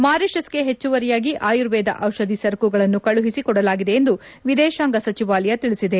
ಮಾರಿಷಿಯಸ್ಗೆ ಹೆಚ್ಚುವರಿಯಾಗಿ ಆರ್ಯುವೇದ ಔಷಧಿ ಸರಕುಗಳನ್ನು ಕಳುಹಿಸಿ ಕೊಡಲಾಗಿದೆ ಎಂದು ವಿದೇತಾಂಗ ಸಚಿವಾಲಯ ತಿಳಿಸಿದೆ